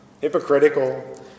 hypocritical